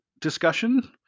discussion